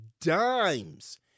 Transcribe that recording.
dimes